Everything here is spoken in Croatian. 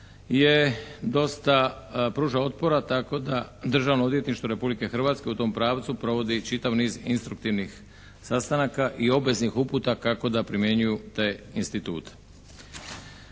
je dosta, pruža otpora, tako da Državno odvjetništvo Republike Hrvatske u tom pravcu provodi i čitav niz instruktivnih sastanaka i obveznih uputa kako da primjenjuju te institute.